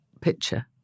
picture